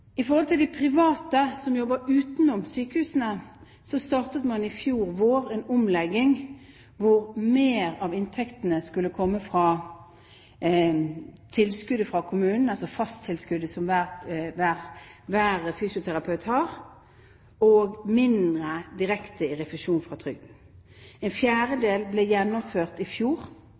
de private som jobber utenom sykehusene, startet man i fjor vår en omlegging hvor mer av inntektene skulle komme fra tilskuddet til kommunen – fasttilskuddet som hver fysioterapeut har – og mindre i direkte refusjon fra trygden. En fjerdedel ble gjennomført i fjor.